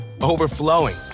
overflowing